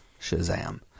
Shazam